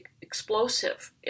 explosive